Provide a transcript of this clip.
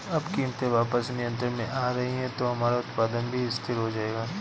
अब कीमतें वापस नियंत्रण में आ रही हैं तो हमारा उत्पादन भी स्थिर हो जाएगा